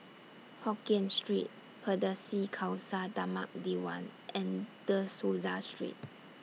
Hokien Street Pardesi Khalsa Dharmak Diwan and De Souza Street